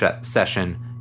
session